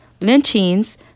lynchings